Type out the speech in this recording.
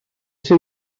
sydd